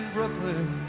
Brooklyn